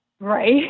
Right